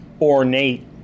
ornate